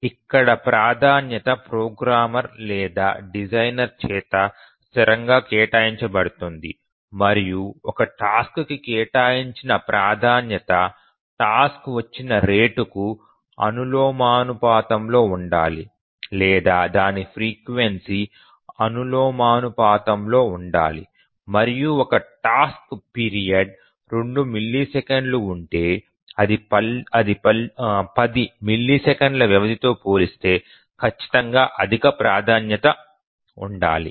ఇక్కడ ప్రాధాన్యత ప్రోగ్రామర్ లేదా డిజైనర్ చేత స్థిరంగా కేటాయించబడుతుంది మరియు ఒక టాస్క్ కి కేటాయించిన ప్రాధాన్యత టాస్క్ వచ్చిన రేటుకు అనులోమానుపాతంలో ఉండాలి లేదా దాని ఫ్రీక్వెన్సీ అనులోమానుపాతంలో ఉండాలి మరియు ఒక టాస్క్ పీరియడ్ 2 మిల్లీసెకన్లు ఉంటే అది 10 మిల్లీసెకన్ల వ్యవధితో పోలిస్తే ఖచ్చితంగా అధిక ప్రాధాన్యత ఉండాలి